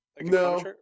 no